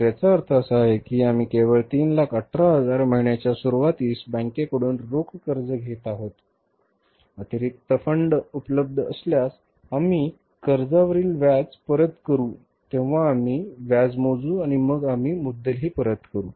तर याचा अर्थ असा आहे की आम्ही केवळ 318000 महिन्याच्या सुरूवातीस बँकेकडून रोख कर्ज घेत आहोत अतिरिक्त फंड उपलब्ध असल्यास आम्ही कर्जावरील व्याज परत करू तेव्हा आम्ही व्याज मोजू आणि मग आम्ही मुद्दल ही परत करू